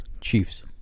Chiefs